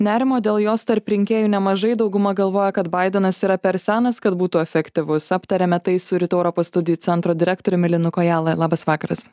nerimo dėl jos tarp rinkėjų nemažai dauguma galvoja kad baidenas yra per senas kad būtų efektyvus aptariame tai su rytų europos studijų centro direktoriumi linu kojala labas vakaras